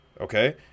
okay